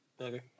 Okay